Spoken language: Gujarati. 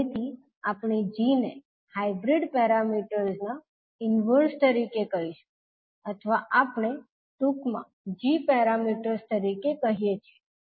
તેથી આપણે g ને હાઇબ્રીડ પેરામીટર્સ ના ઇન્વર્ઝ તરીકે કહીશું અથવા આપણે ટૂંકમાં g પેરામીટર્સ તરીકે કહીએ